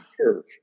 curve